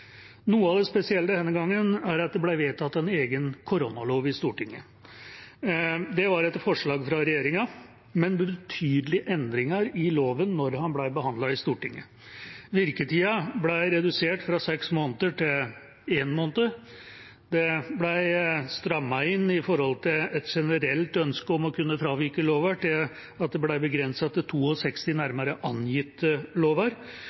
Noe av det spesielle denne gangen, er at det ble vedtatt en egen koronalov i Stortinget. Det var etter forslag fra regjeringa, men med betydelige endringer i loven da den ble behandlet i Stortinget. Virketida ble redusert fra seks måneder til én måned, det ble strammet inn i forhold til et generelt ønske om å kunne fravike lover til at det ble begrenset til 62 nærmere angitte lover,